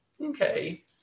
Okay